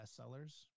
bestsellers